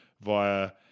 via